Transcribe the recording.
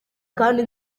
kandi